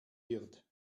wird